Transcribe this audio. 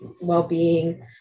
well-being